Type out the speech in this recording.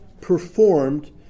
performed